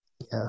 Yes